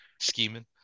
Scheming